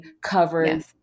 coverage